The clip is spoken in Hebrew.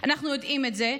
אנחנו יודעים את זה.